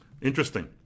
Interesting